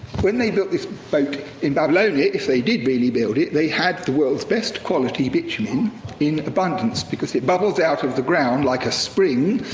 when they built this boat in babylonia, if they did really build it, they had the world's best quality bitumen in abundance, because it bubbles out of the ground like a spring,